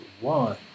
one